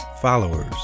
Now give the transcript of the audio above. Followers